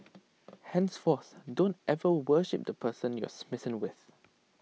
henceforth don't ever worship the person you're smitten with